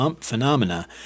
phenomena